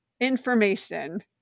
information